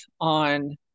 on